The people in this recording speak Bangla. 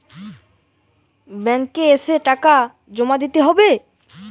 ব্যাঙ্ক এ এসে টাকা জমা দিতে হবে?